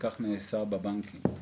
נעשה בבנקים.